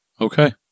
Okay